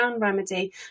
remedy